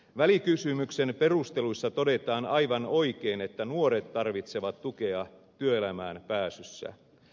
välikysymyksen perusteluissa todetaan aivan oikein että nuoret tarvitsevat tukea työelämään pääsyssä